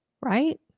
Right